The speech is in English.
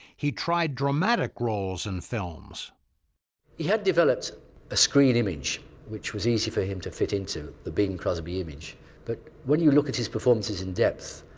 he tried dramatic roles in film. mcfarlane so he had developed a screen image which was easy for him to fit into, the bing crosby image but when you look at his performances in depth,